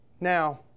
Now